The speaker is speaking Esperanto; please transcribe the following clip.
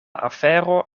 afero